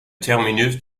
terminus